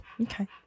Okay